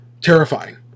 terrifying